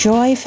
Joy